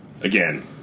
Again